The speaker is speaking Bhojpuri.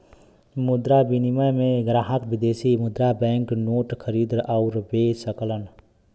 मुद्रा विनिमय में ग्राहक विदेशी मुद्रा बैंक नोट खरीद आउर बे सकलन